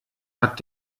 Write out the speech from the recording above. hat